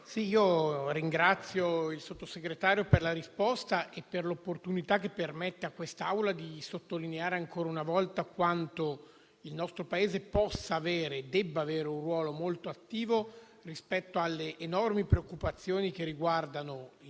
ringrazio il Sottosegretario per la risposta e per l'opportunità che dà a quest'Aula di sottolineare, ancora una volta, quanto il nostro Paese possa e debba avere un ruolo molto attivo rispetto alle enormi preoccupazioni che riguardano l'Iran: